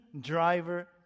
driver